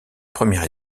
première